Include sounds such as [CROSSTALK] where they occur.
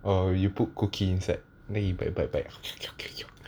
or you put cookie inside then you bite bite bite [NOISE]